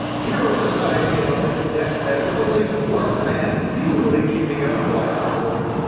hero society is on its deathbed with only one man futilely keeping it on life support.